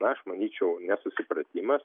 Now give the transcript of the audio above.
na aš manyčiau nesusipratimas